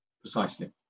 Precisely